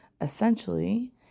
essentially